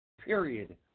Period